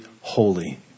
holy